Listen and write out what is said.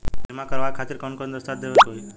बीमा करवाए खातिर कौन कौन दस्तावेज़ देवे के होई?